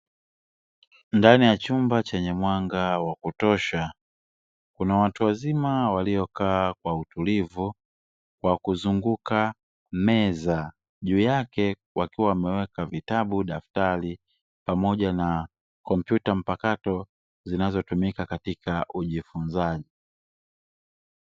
Ndani ya chumba chenye mwanga wa kutosha kuna watu wazima waliokaa kwa utulivu, wa kuzunguka meza juu yake wakiwa wameweka vitabu, daftari pamoja na kompyuta mpakato zinazotumika katika ujifunzaji.